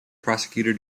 prosecutor